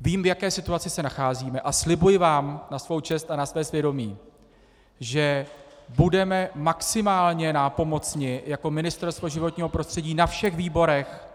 Vím, v jaké situaci se nacházíme, a slibuji vám na svou čest a na své svědomí, že budeme maximálně nápomocni, jako Ministerstvo životního prostředí na všech výborech